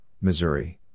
Missouri